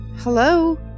hello